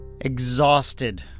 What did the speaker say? Exhausted